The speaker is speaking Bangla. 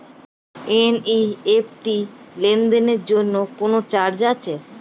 এন.ই.এফ.টি লেনদেনের জন্য কোন চার্জ আছে?